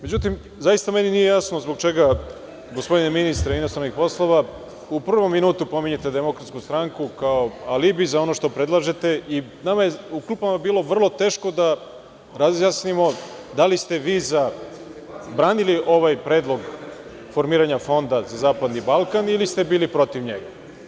Međutim, zaista meni nije jasno zbog čega, gospodine ministre inostranih poslova, u prvom minutu pominjete DS, kao alibi za ono što predlažete i nama je u klupama bilo vrlo teško da razjasnimo da li ste vi zabranili ovaj predlog formiranja Fonda za zapadni Balkan ili ste bili protiv njega.